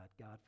God